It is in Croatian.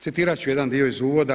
Citirat ću jedan dio iz uvoda.